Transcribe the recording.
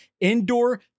indoor